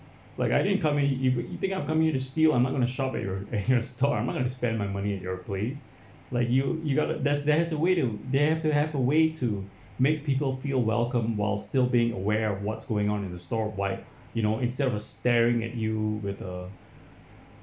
like I didn't come it if you think I'm coming to steal I'm going to shop at your at your store I'm going to spend my money at your place like you you gotta there's there has a way to they have to have a way to make people feel welcome while still being aware of what's going on in the store wide you know instead of staring at you with a